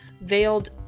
veiled